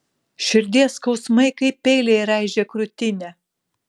širdies skausmai kaip peiliai raižė krūtinę